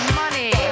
money